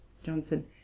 Johnson